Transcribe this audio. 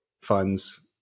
funds